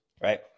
right